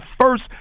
first